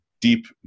deep